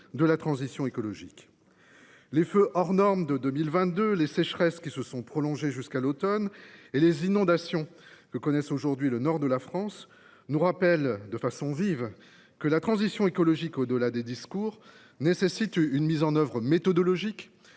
de la transition écologique. Les feux hors normes de 2022, les sécheresses qui se sont prolongées jusqu’à l’automne et les inondations que connaît aujourd’hui le nord de la France nous rappellent de façon vive que la transition écologique, au delà des discours, nécessite d’être mise en œuvre selon une